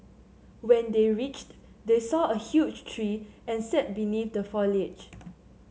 when they reached they saw a huge tree and sat beneath the foliage